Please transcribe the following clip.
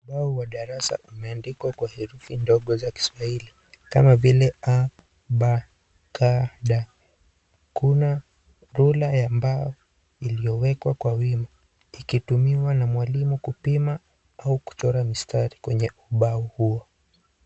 Ubao wa darasa umeandikwa kwa herufi ndogo za kiswahili kama vile;a,b,c,d.Kuna rula ya mbao iliyowekwa kwa wino ikitumiwa na mwalimu kupima au kuchora mistari kwenye ubao huo.